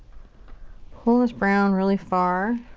pull this brown really far.